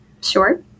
Sure